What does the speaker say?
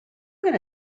going